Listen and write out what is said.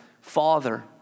father